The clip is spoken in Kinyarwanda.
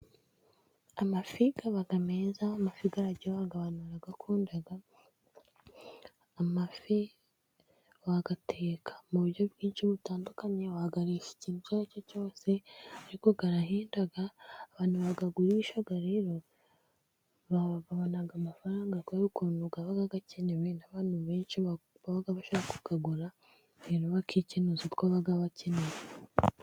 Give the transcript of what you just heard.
Amafika aba meza amafi araryoha abantu barayakunda, amafi bayateka mu buryo bwinshi butandukanye, wayarisha ikintu icyo aricyo cyose, ariko arahenda abantu bayaguribisha rero babona amafaranga kubera ukuntu aba akenewe n'abantu benshi baba bashaka kuyagura, rero bakikenuza ibintu baba bakeneye.